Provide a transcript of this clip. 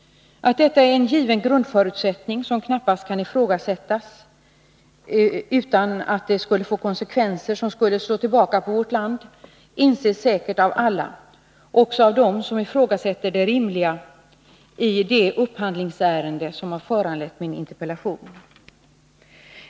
Att detta är en given grundförutsättning som knappast kan ifrågasättas utan att det skulle få konsekvenser som skulle slå tillbaka på vårt land inses säkert av alla, också av dem som ifrågasätter det rimliga i det upphandlingsärende som har föranlett min interpellation.